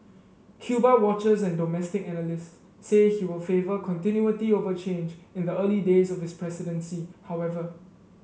Cuba watchers and domestic analysts say he will favour continuity over change in the early days of his presidency however